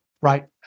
Right